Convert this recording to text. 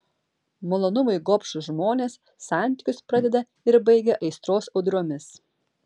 malonumui gobšūs žmonės santykius pradeda ir baigia aistros audromis